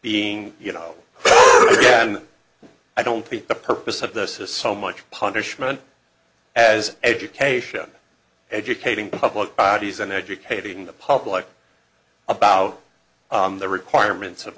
being you know i don't think the purpose of this is so much punishment as education educating public bodies and educating the public about the requirements of